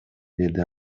деди